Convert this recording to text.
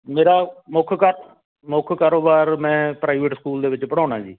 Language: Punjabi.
ਮੇਰਾ ਮੁੱਖ ਕ ਮੁੱਖ ਕਾਰੋਬਾਰ ਮੈਂ ਪ੍ਰਾਈਵੇਟ ਸਕੂਲ ਦੇ ਵਿੱਚ ਪੜ੍ਹਾਉਂਦਾ ਜੀ